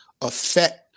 affect